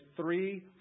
three